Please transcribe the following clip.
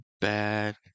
bad